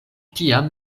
tiam